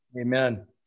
Amen